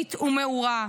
ערכית ומעורה.